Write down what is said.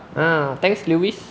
ah thanks lewis